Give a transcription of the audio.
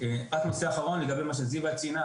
נושא אחרון, לגבי מה שזיוה ציינה.